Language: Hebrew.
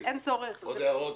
עוד הערות?